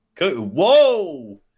whoa